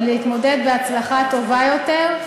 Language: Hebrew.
ולהתמודד בהצלחה רבה יותר,